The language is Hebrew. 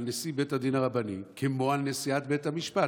נשיא בית הדין הרבני כמו על נשיאת בית המשפט?